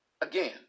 Again